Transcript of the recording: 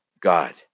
God